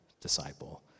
disciple